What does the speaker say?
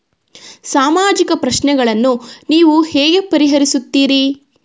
ಸಾಮಾಜಿಕ ಪ್ರಶ್ನೆಗಳನ್ನು ನೀವು ಹೇಗೆ ಪರಿಹರಿಸುತ್ತೀರಿ?